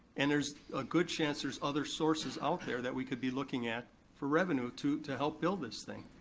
and there's a good chance there's other sources out there that we could be looking at for revenue to to help build this thing.